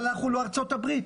אבל אנחנו לא ארצות הברית.